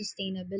sustainability